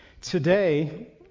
today